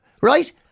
Right